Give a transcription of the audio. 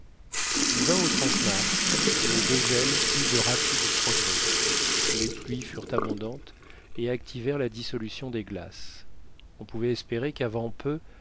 du au mars le dégel fit de rapides progrès les pluies furent abondantes et activèrent la dissolution des glaces on pouvait espérer qu'avant peu